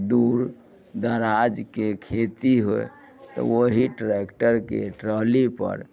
दूर दराजके खेती होइ तऽ ओहि ट्रेक्टरके ट्रॉली पर